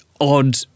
odd